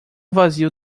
vazio